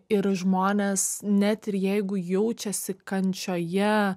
ir žmonės net ir jeigu jaučiasi kančioje